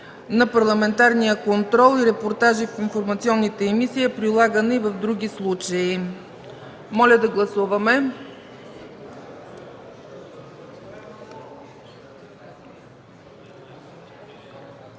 на парламентарния контрол, репортажи в информационните емисии е прилагана и в други случаи. Моля, гласувайте.